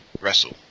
Wrestle